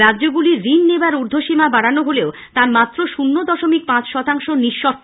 রাজ্যগুলির ঋণ নেবার উর্ধ্বসীমা বাড়ানো হলেও তার মাত্র শৃণ্য দশমিক পাঁচ শতাংশ নিঃশর্ত